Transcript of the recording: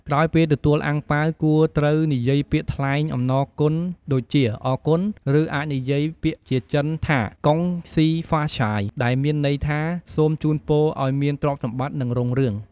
ក្រោយពេលទទួលអាំងប៉ាវ គួរត្រូវនិយាយពាក្យថ្លែងអំណរគុណដូចជា "អរគុណ" ឬអាចនិយាយពាក្យជាចិនថា "កុងស៊ីហ្វាឆាយ" ដែលមានន័យថា "សូមជូនពរឱ្យមានទ្រព្យសម្បត្តិ និងរុងរឿង។